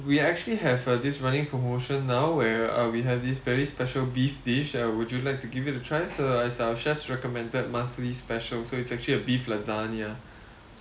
we actually have uh this running promotion now where uh we have this very special beef dish uh would you like to give it try so as our chef's recommended monthly special so it's actually a beef lasagna